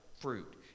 fruit